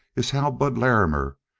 is how bud larrimer,